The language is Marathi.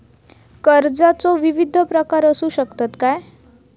कर्जाचो विविध प्रकार असु शकतत काय?